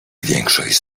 większość